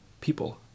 people